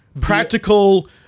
practical